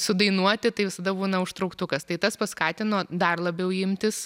sudainuoti tai visada būna užtrauktukas tai tas paskatino dar labiau imtis